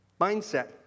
mindset